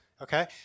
okay